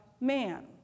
man